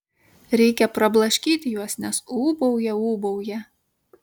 reikia prablaškyti juos nes ūbauja ūbauja